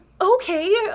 okay